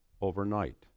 overnight